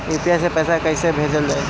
UPI से पैसा कइसे भेजल जाई?